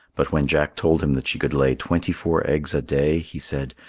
but when jack told him that she could lay twenty-four eggs a day, he said,